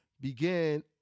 began